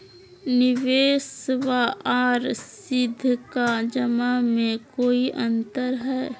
निबेसबा आर सीधका जमा मे कोइ अंतर हय?